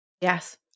yes